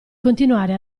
continuare